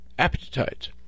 appetite